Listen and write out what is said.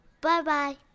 Bye-bye